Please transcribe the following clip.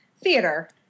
theater